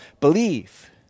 believe